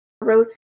road